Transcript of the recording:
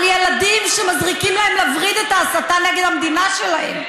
על ילדים שמזריקים להם לווריד את ההסתה נגד המדינה שלהם.